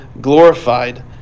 glorified